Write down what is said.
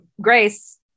grace